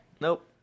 Nope